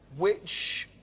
which